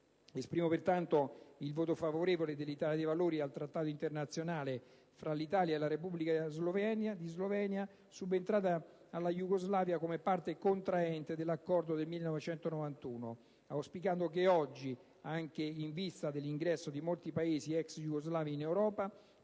Esprimo, pertanto, il voto favorevole dell'Italia dei Valori al Trattato internazionale fra l'Italia e la Repubblica di Slovenia, subentrata alla Jugoslavia come parte contraente dell'Accordo nel 1991, auspicando che oggi, anche in vista dell'ingresso di molti Paesi ex jugoslavi in Europa,